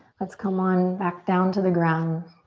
let's come on back down to the ground.